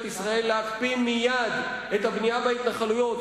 ישראל להקפיא מייד את הבנייה בהתנחלויות.